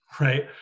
right